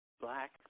black